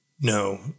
No